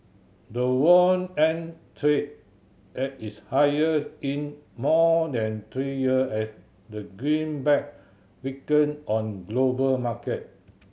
the won ended trade at its highest in more than three year as the greenback weakened on global market